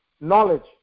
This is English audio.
knowledge